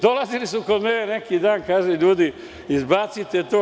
Dolazili su kod mene neki dan i kažu ljudi – izbacite to.